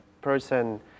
person